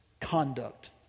conduct